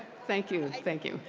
thank you. and thank you.